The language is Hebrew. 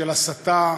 של הסתה,